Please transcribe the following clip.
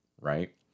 right